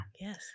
Yes